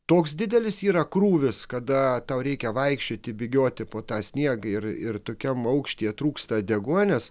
toks didelis yra krūvis kada tau reikia vaikščioti bėgioti po tą sniegą ir ir tokiam aukštyje trūksta deguonies